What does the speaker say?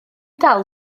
dal